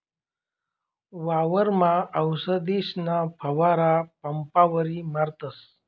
वावरमा आवसदीसना फवारा पंपवरी मारतस